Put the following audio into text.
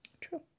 True